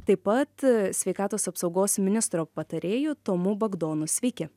taip pat sveikatos apsaugos ministro patarėju tomu bagdonu sveiki